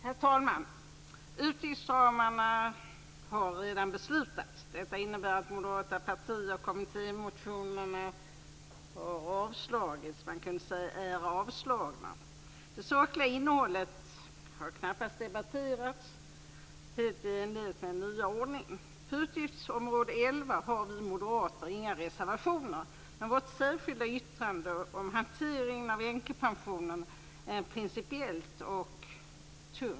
Herr talman! Utgiftsramarna har redan beslutats. Detta innebär att de moderata parti och kommittémotionerna kan sägas vara avslagna. Det sakliga innehållet har knappast debatterats, helt i enlighet med den nya ordningen. På utgiftsområde 11 har vi moderater inga reservationer, men vårt särskilda yttrande om hanteringen av änkepensionen gäller en principiellt tung fråga.